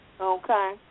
okay